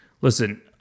listen